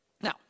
Now